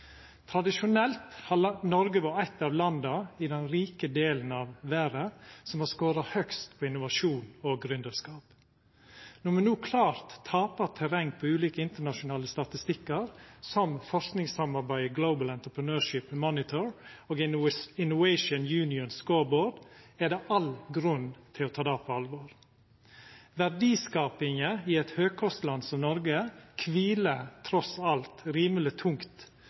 Tradisjonelt har Noreg vore eit av dei landa i den rike delen av verda som har skåra høgst på innovasjon og gründerskap. Når me no klart tapar terreng på ulike internasjonale statistikkar og på forskingssamarbeidet Global Entrepreneurship Monitor og Innovation Union Scoreboard, er det all grunn til å ta dette på alvor. Verdiskapinga i eit høgkostland som Noreg kviler trass alt rimeleg tungt